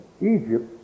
Egypt